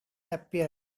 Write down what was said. appeared